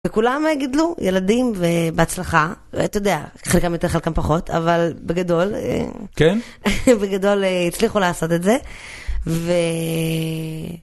וכולם גידלו, ילדים, בהצלחה, ואתה יודע, חלקם יותר חלקם פחות, אבל בגדול... כן. בגדול הצליחו לעשות את זה, ו...